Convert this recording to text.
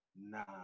nine